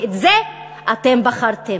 ואת זה אתם בחרתם.